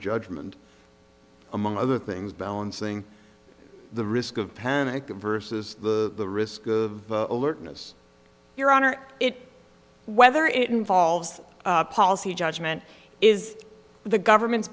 judgment among other things balancing the risk of panic versus the risk of alertness your honor it whether it involves policy judgment is the government's